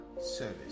service